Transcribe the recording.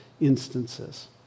instances